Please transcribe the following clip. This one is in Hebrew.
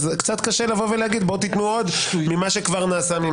אז קצת קשה לבוא ולהגיד: בואו תתנו עוד ממה שכבר נעשה.